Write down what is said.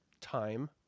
time